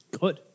good